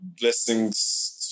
blessings